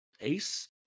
Ace